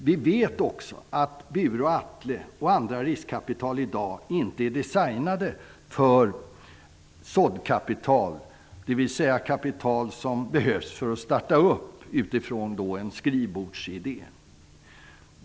Vi vet också att Bure och Atle och andra riskkapitalbolag i dag inte är designade för sådant kapital som behövs för att starta upp utifrån en skrivbordsidé.